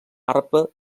arpa